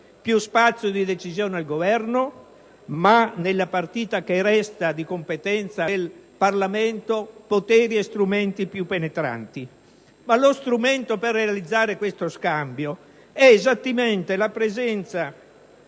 più spazio di decisione al Governo, ma, nella partita che resta di competenza del Parlamento, poteri e strumenti più penetranti. Lo strumento per realizzare questo scambio è esattamente la presenza